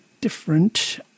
different